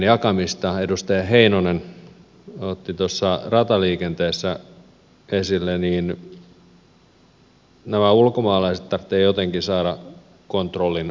edustaja heinonen otti esille että nämä ulkomaalaiset tarvitsee jotenkin saada kontrollin alaisiksi